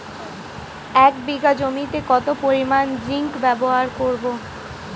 এক বিঘা জমিতে কত পরিমান জিংক ব্যবহার করব?